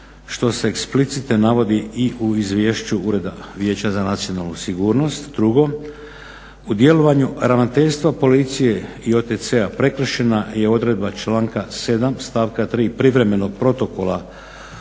što se eksplicite navodi i u izvješću Ureda vijeća za nacionalnu sigurnost. 2. U djelovanju ravnateljstva policije i OTC-a prekršena je odredba članak 7.stavka 3.privremenog Protokola